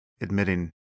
admitting